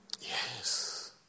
Yes